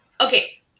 okay